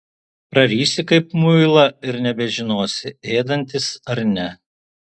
prarysi kaip muilą ir nebežinosi ėdantis ar ne